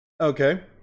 okay